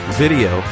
video